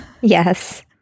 yes